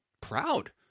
proud